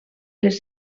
les